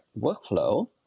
workflow